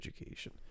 education